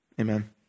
Amen